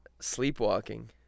sleepwalking